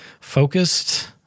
focused